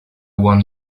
one